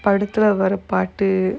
படத்துல வர்ர பாட்டு:padathula varra paatu